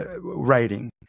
writing